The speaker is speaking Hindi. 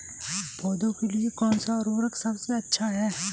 पौधों के लिए कौन सा उर्वरक सबसे अच्छा है?